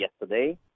yesterday